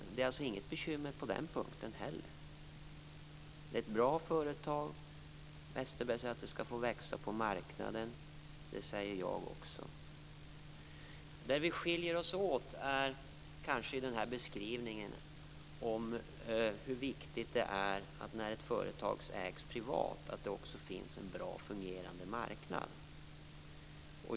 Det är alltså inget bekymmer på den punkten heller. Det är ett bra företag. Per Westerberg säger att det skall få växa på marknaden, och det säger jag också. Det ställe där vi skiljer oss åt är kanske beskrivningen av hur viktigt det är när ett företag ägs privat att det också finns en väl fungerande marknad.